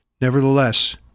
Nevertheless